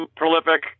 prolific